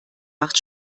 macht